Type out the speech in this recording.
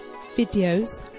videos